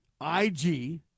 I-G